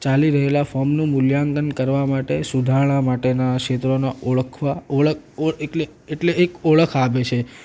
ચાલી રહેલા ફોર્મનું મૂલ્યાંકન કરવા માટે સુધારણા માટેના ક્ષેત્રોને ઓળખવા એટલે એક ઓળખ આપે છે